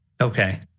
okay